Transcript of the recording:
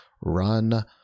run